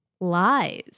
lies